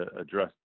address